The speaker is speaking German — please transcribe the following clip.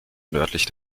nördlich